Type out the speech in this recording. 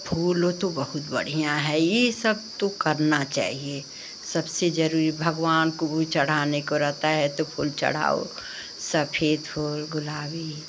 फूल वह तो बहुत बढ़ियाँ हैं यह सब तो करना चाहिए सबसे ज़रूरी भगवान को वही चढ़ाने को रहता है तो फूल चढ़ाओ सफेद फूल गुलाबी